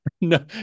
no